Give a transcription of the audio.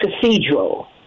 cathedral